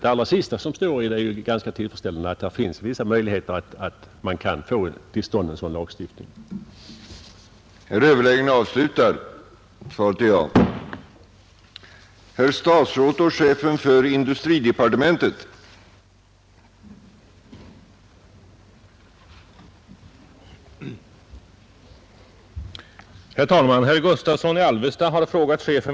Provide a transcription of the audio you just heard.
Det allra sista som står i det är ganska tillfredsställande, nämligen att det finns vissa möjligheter att få till stånd en sådan lagstiftning som jag nämnt i min fråga.